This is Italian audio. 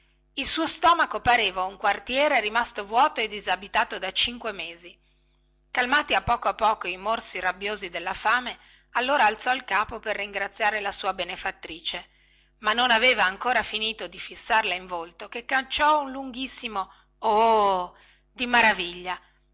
il suo stomaco pareva un quartiere rimasto vuoto e disabitato da cinque mesi calmati a poco a poco i morsi rabbiosi della fame allora alzò il capo per ringraziare la sua benefattrice ma non aveva ancora finito di fissarla in volto che cacciò un lunghissimo ohhh di maraviglia